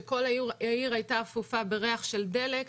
שכל העיר היתה אפופה בריח של דלק.